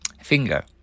Finger